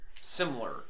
similar